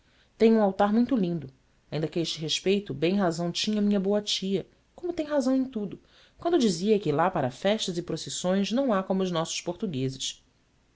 tem um altar muito lindo ainda que a este respeito bem razão tinha a minha boa tia como tem razão em tudo quando dizia que lá para festas e procissões não há como os nossos portugueses